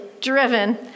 driven